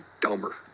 dumber